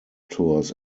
tours